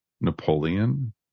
Napoleon